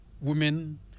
women